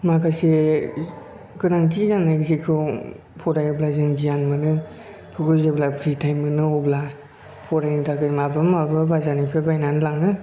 माखासे गोनांथि जानाय जेखौ फरायब्ला जों गियान मोनो बेखौबो जेब्ला फ्रि टाइम मोनो अब्ला फरायनो थाखाय माब्लाबा माब्लाबा बाजारनिफ्राय बायनानै लाङो